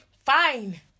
fine